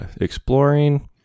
exploring